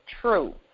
true